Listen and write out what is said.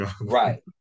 Right